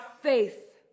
faith